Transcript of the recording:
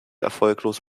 erfolglos